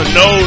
no